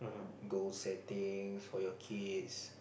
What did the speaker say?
goal settings for your kids